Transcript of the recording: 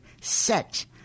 set